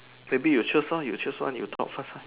maybe you choose lor you choose one you talk first lah